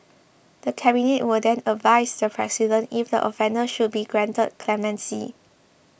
the Cabinet will then advise the President if the offender should be granted clemency